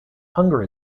hunger